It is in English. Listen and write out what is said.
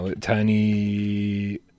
Tiny